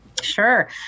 Sure